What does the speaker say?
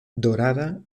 dorada